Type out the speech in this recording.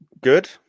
good